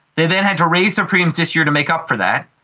they then had to raise their premiums this year to make up for that.